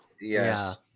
Yes